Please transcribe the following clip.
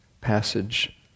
passage